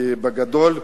כי בגדול,